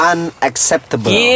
Unacceptable